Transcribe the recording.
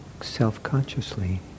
self-consciously